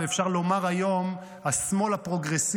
אפשר לומר היום: השמאל הפרוגרסיבי,